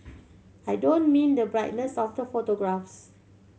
I don't mean the brightness of the photographs